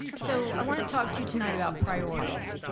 so i want to talk to you tonight about priorities.